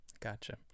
Gotcha